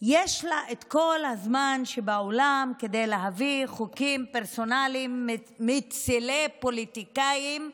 יש לה כל הזמן שבעולם להביא חוקים פרסונליים מצילי פוליטיקאים,